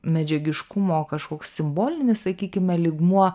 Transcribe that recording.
medžiagiškumo kažkoks simbolinis sakykime lygmuo